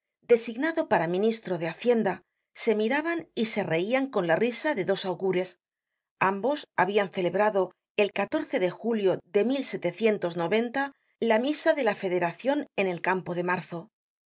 designado para ministro de hacienda se miraban y se reian con la risa de dos augures ambos habian celebrado el de julio de la misa de la federacion en el campo de marzo